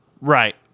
Right